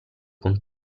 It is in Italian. con